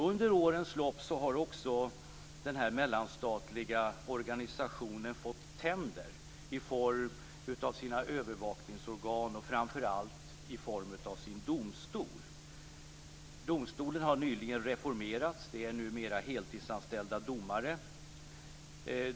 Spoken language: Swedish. Under årens lopp har också den här mellanstatliga organisationen fått tänder i form av sina övervakningsorgan och framför allt i form av sin domstol. Domstolen har nyligen reformerats, och det är numera heltidsanställda domare.